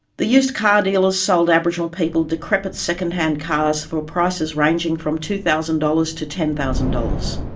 the used car dealers sold aboriginal people decrepit second hand cars for prices ranging from two thousand dollars to ten thousand dollars.